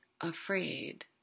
afraid